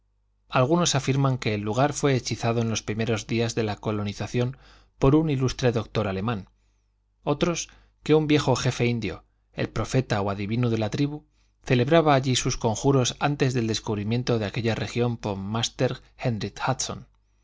algunos afirman que el lugar fué hechizado en los primeros días de la colonización por un ilustre doctor alemán otros que un viejo jefe indio el profeta o adivino de la tribu celebraba allí sus conjuros antes del descubrimiento de aquella región por master